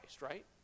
right